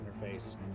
interface